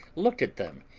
looked at them,